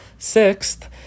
Sixth